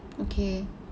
okay